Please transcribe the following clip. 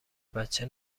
بچه